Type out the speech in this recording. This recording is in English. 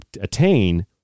attain